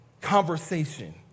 conversation